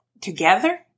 together